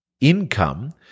income